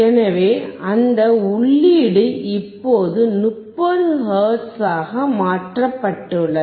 எனவே அந்த உள்ளீடு இப்போது 30 ஹெர்ட்ஸாக மாற்றப்பட்டுள்ளது